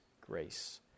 grace